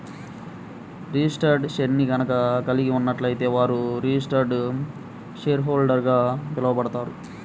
registered షేర్ని గనక కలిగి ఉన్నట్లయితే వారు రిజిస్టర్డ్ షేర్హోల్డర్గా పిలవబడతారు